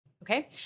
Okay